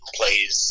plays